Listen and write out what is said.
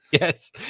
Yes